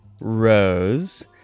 Rose